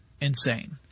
insane